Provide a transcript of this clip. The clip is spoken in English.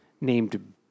named